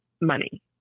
money